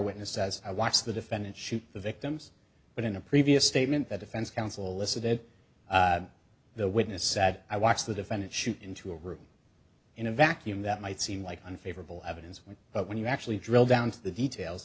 witness as i watch the defendant shoot the victims but in a previous statement that defense counsel listed it the witness sad i watched the defendant shoot into a room in a vacuum that might seem like unfavorable evidence but when you actually drill down to the details